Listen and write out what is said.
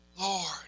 Lord